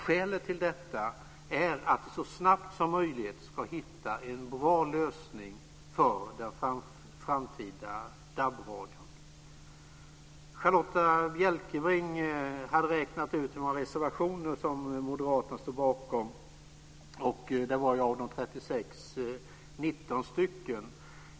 Skälet till detta är att vi så snabbt som möjligt ska hitta en bra lösning för den framtida DAB-radion. Charlotta Bjälkebring hade räknat ut hur många reservationer som Moderaterna står bakom. Av de 36 var det 19 stycken.